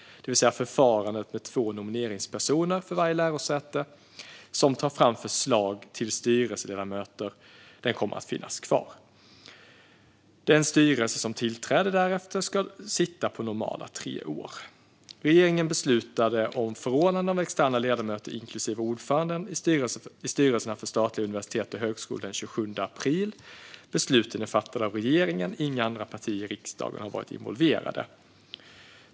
Förfarandet med två nomineringspersoner för varje lärosäte som tar fram förslag till styrelseledamöter kommer således att finnas kvar. Den styrelse som tillträder därefter ska sitta i normala tre år. Regeringen beslutade om förordnanden av externa ledamöter, inklusive ordförande, i styrelserna för statliga universitet och högskolor den 27 april. Besluten är fattade av regeringen. Inga andra partier i riksdagen har varit involverade.